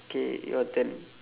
K your turn